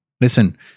listen